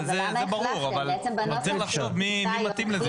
זה ברור, אבל צריך לחשוב מי מתאים לזה.